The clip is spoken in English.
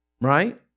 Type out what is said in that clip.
Right